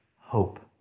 hope